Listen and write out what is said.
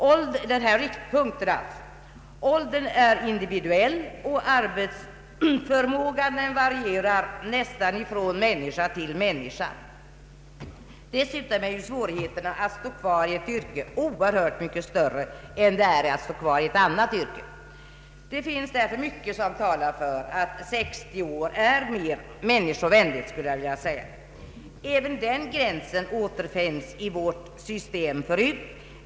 Åldrandet är individuellt och arbetsförmågan varierar nästan från människa till människa. Dessutom är ju svårigheterna att stå kvar i ett yrke oerhört mycket större än det är att stå kvar i ett annat. Det finns därför mycket som talar för att gränsen 60 år är mer människovänlig. även den gränsen återfinns redan i vårt system.